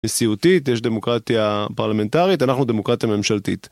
נשיאותית, יש דמוקרטיה פרלמנטרית, אנחנו דמוקרטיה ממשלתית.